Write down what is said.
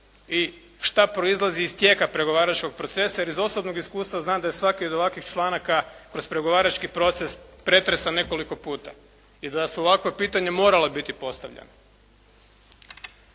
i šta proizlazi iz tijeka pregovaračkog procesa jer iz osobnog iskustva znam da je svaki od ovakvih članaka kroz pregovarački proces pretresan nekoliko puta i da su ovakva pitanja morala biti postavljana.